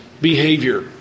behavior